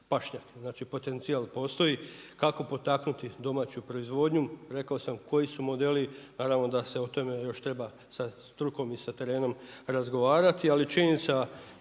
pašnjake. Znači potencijal postoji. Kako potaknuti domaću proizvodnju? Rekao sam koji su modeli. Naravno da se o tome još treba sa strukom i sa terenom razgovarati, ali činjenica